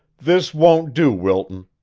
this won't do, wilton.